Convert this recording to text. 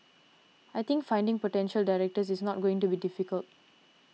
I think finding potential directors is not going to be difficult